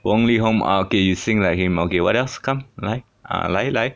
wong leehom ah okay you sing like him okay what else come 来啊来来